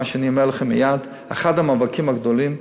אחד המאבקים הגדולים,